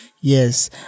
Yes